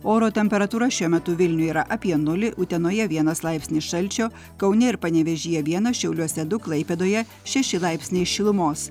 oro temperatūra šiuo metu vilniuj yra apie nulį utenoje vienas laipsnis šalčio kaune ir panevėžyje vienas šiauliuose du klaipėdoje šeši laipsniai šilumos